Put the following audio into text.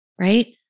right